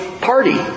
party